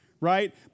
right